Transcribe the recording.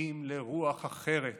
צמאים לרוח אחרת